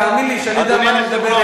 תאמין לי שאני יודע מה אני מדבר,